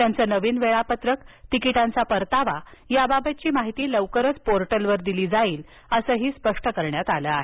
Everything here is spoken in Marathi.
त्यांचं नवीन वेळापत्रक तिकिटांचा परतावा याबाबतची माहिती लवकरच पोर्टलवर दिली जाईल असं स्पष्ट करण्यात आलं आहे